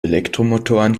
elektromotoren